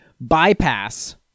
bypass